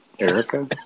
Erica